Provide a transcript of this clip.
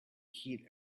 heat